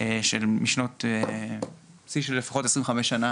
של לפחות 25 שנה